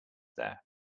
there